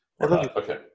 okay